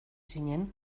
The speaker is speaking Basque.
zinen